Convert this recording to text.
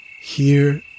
Here